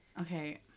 Okay